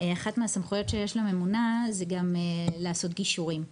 אחת מהסמכויות שיש לממונה זה גם לעשות גישורים,